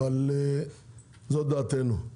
אבל זאת דעתנו.